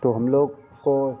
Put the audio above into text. तो हम लोग को